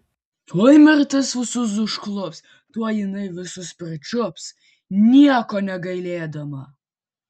tuoj mirtis visus užklups tuoj jinai visus pričiups nieko negailėdama